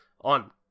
on